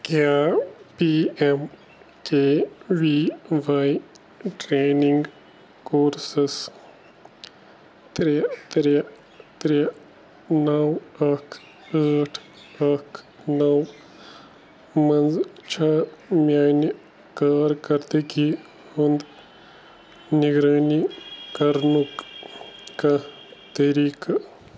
کیٛاہ P M K V Y training courses ترٛےٚ ترٛےٚ ترٛےٚ نَو اَکھ ٲٹھ اَکھ نَو منٛزٕ چھےٚ میٛانہِ کارکردگی ہُنٛد نِگرٲنی کرنُک کانٛہہ طریٖقہٕ